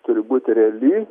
turi būti reali